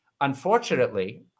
Unfortunately